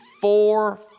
four